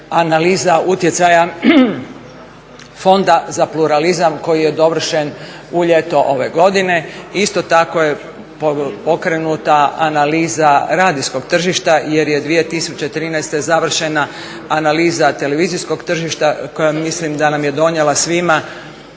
analiza utjecaja Fonda za pluralizam koji je dovršen u ljeto ove godine. Isto tako je pokrenuta analiza radijskog tržišta jer je 2013. završena analiza televizijskog tržišta koja mislim da nam je donijela svima